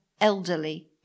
elderly